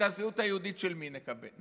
את הזהות היהודית של מי נקדם,